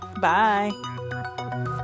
Bye